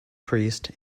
priest